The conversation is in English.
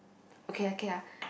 okay okay ah